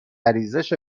ریزش